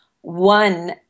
One